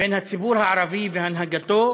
בין הציבור הערבי והנהגתו